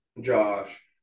Josh